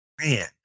Man